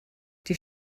die